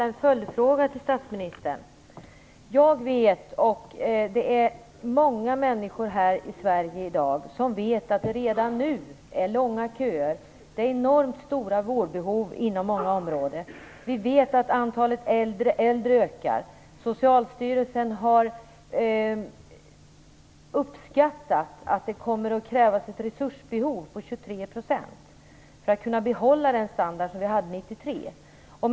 Fru talman! Jag vill ställa en följdfråga till statsministern. Många människor här i Sverige vet att det redan nu är långa köer. Det finns enormt stora vårdbehov inom många områden. Vi vet att antalet äldre äldre ökar. Socialstyrelsen har uppskattat att det kommer att krävas ett resurstillskott på 23 % för att man skall kunna behålla den standard som fanns 1993.